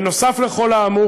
נוסף על כל האמור,